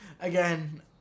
again